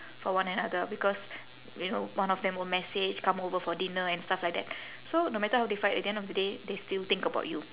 for one another because you know one of them will message come over for dinner and stuff like that so no matter how they fight at the end of the day they still think about you